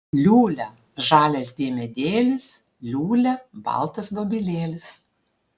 liūlia žalias diemedėlis liūlia baltas dobilėlis